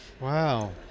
Wow